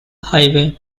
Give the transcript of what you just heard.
highway